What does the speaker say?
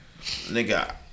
nigga